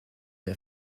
der